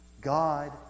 God